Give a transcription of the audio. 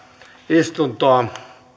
istuntoa